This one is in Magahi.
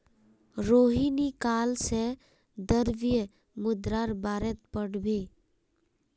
रोहिणी काल से द्रव्य मुद्रार बारेत पढ़बे